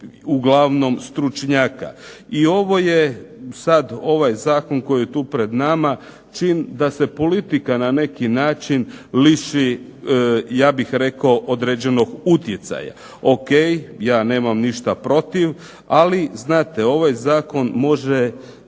uglavnom stručnjaka i ovo je sada ovaj Zakon koji je tu pred nama, čin, da se politika na neki način liši ja bih rekao određenog utjecaja. Ok, ja nemam ništa protiv, ali znate ovaj zakon može